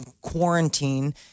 quarantine